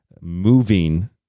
moving